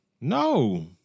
No